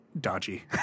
dodgy